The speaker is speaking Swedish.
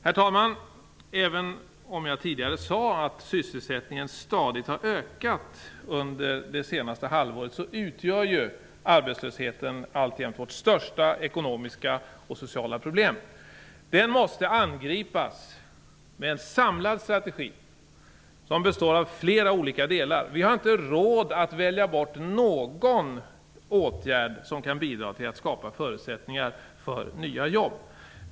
Herr talman! Även om jag tidigare sade att sysselsättningen stadigt har ökat under det senaste halvåret, så utgör arbetslösheten alltjämt vårt största ekonomiska och sociala problem. Den måste angripas med en samlad strategi, bestående av flera olika delar. Vi har inte råd att välja bort någon åtgärd som kan bidra till att skapa förutsättningar för nya jobb.